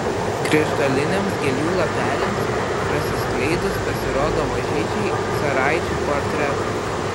krištoliniams gėlių lapeliams prasiskleidus pasirodo mažyčiai caraičių portretai